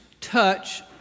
touch